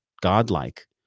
godlike